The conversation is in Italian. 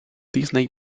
disney